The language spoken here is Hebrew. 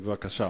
בבקשה,